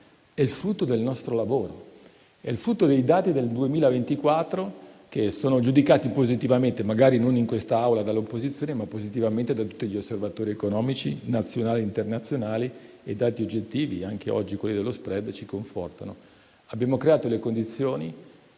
è il frutto del nostro lavoro, dei dati del 2024, che sono giudicati positivamente, magari non in quest'Aula dall'opposizione, ma da tutti gli osservatori economici nazionali e internazionali, e i dati oggettivi - anche oggi quelli dello *spread* - ci confortano. Abbiamo creato le condizioni